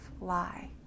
lie